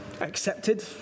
accepted